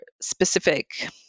specific